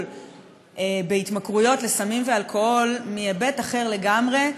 בהתמכרויות לסמים ואלכוהול מהיבט אחר לגמרי,